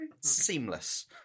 Seamless